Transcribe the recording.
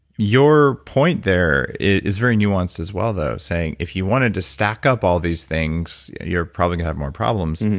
your point there is very nuanced as well though. saying, if you wanted to stack up all these things, you're probably going to have more problems.